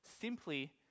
simply